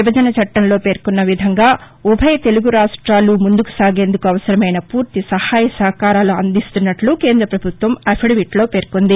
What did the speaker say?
విభజన చట్టంలో పేర్కొన్న విధంగా ఉభయ తెలుగు రాష్ట్రాలు ముందుకు సాగేందుకు అవసరమైన పూర్తి సహాయ సహకారాలు అందిస్తున్నట్టు కేంద్రపభుత్వం పేర్కొంది